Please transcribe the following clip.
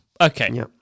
okay